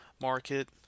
market